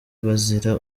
bazira